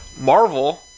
Marvel